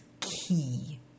key